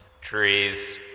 Trees